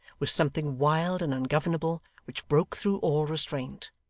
was something wild and ungovernable which broke through all restraint.